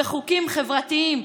וחוקים חברתיים,